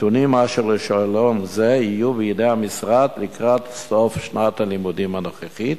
נתונים על שאלון זה יהיו בידי המשרד לקראת סוף שנת הלימודים הנוכחית,